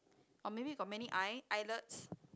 or maybe you got many eye eyelets